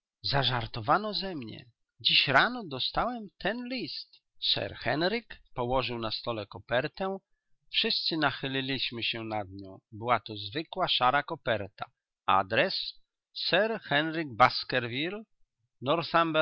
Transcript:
zażartowano ze mnie dziś rano dostałem ten list sir henryk położył na stole kopertę wszyscy nachyliliśmy się nad nią była to zwykła szara koperta adres sir